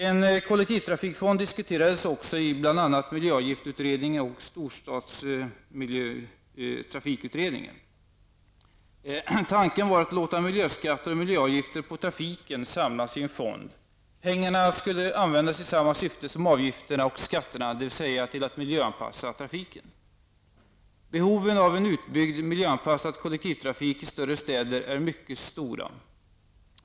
En kollektivtrafikfond diskuterades också i bl.a. miljöavgiftsutredningen och storstadstrafikutredningen. Tanken var att låta miljöskatter och miljöavgifter på trafiken samlas i en fond. Pengarna skulle användas i samma syfte som avgifterna och skatterna, dvs. till att miljöanpassa trafiken. Behoven av en utbygd miljöanpassad kollektivtrafik i större städer är mycket stora.